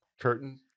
curtain